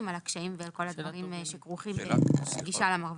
על הקשיים ועל כל הדברים שכרוכים בגישה למרב"ד.